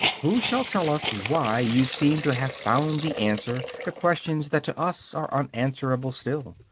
who shall tell us why you seem to have found the answer to questions that to us are unanswerable still?